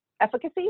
efficacy